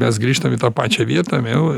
mes grįžtam į tą pačią vietą vėl